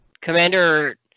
Commander